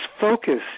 focus